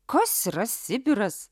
kas yra sibiras